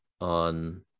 on